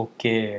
Okay